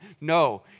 No